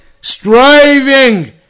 striving